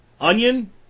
onion